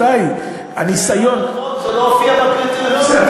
זה לא, בקריטריונים.